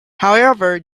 however